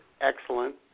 excellent